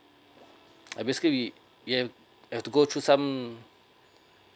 uh basically we we have to go through some